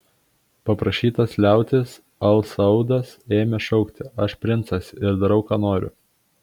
paprašytas liautis al saudas ėmė šaukti aš princas ir darau ką noriu